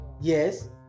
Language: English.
Yes